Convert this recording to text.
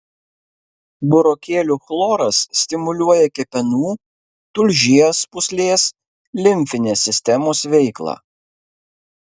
burokėlių chloras stimuliuoja kepenų tulžies pūslės limfinės sistemos veiklą